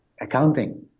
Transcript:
accounting